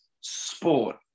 sport